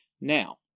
Now